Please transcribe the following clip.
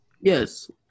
Yes